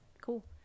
cool